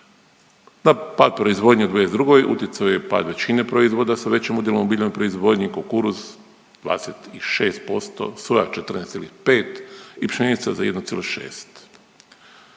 Na pad proizvodnje u 2022. utjecao je i pad većine proizvoda sa većim udjelom u biljnoj proizvodnji kukuruz 26%, soja 14,5 i pšenica za 1,6.